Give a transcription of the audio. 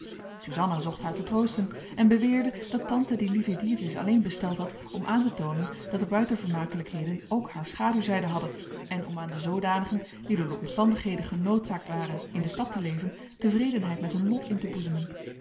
suzanna zocht haar te troosten en beweerde dat tante die lieve diertjes alleen besteld had om aan te toonen dat de buitenvermakelijkheden ook haar schaduwzijde hadden en om aan de zoodanigen die door de omstandigheden genoodzaakt waren in de stad te leven tevredenheid met hun lot in te boezemen